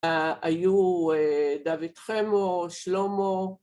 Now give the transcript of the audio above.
‫היו דוד חמו, שלמה...